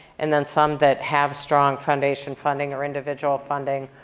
and then some that have strong foundation funding or individual funding,